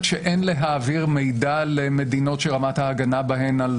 שאין להעביר מידע פרטיות למדינות שרמת ההגנה בהן על